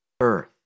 earth